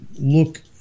look